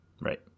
Right